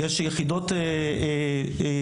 יש יחידות קרביות.